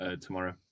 tomorrow